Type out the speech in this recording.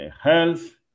health